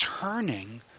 turning